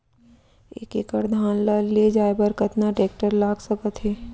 एक एकड़ धान ल ले जाये बर कतना टेकटर लाग सकत हे?